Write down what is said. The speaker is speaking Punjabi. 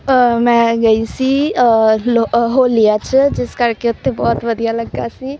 ਮੈਂ ਗਈ ਸੀ ਲੋ ਹੋਲੀਆ 'ਚ ਜਿਸ ਕਰਕੇ ਉੱਥੇ ਬਹੁਤ ਵਧੀਆ ਲੱਗਾ ਸੀ